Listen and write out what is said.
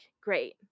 great